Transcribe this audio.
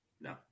No